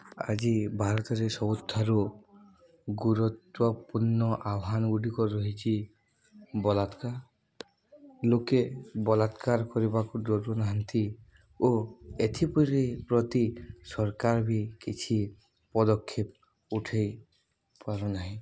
ଆଜି ଭାରତରେ ସବୁଠାରୁ ଗୁରୁତ୍ୱପୂର୍ଣ୍ଣ ଆହ୍ୱାନଗୁଡ଼ିକ ରହିଛି ବଳାତ୍କାର ଲୋକେ ବଳାତ୍କାର କରିବାକୁ ଡରୁନାହାନ୍ତି ଓ ଏଥି ପ୍ରତି ସରକାର ବି କିଛି ପଦକ୍ଷେପ ଉଠାଇପାରୁନାହିଁ